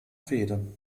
fehde